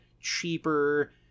cheaper